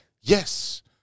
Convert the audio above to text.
yes